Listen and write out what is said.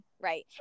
Right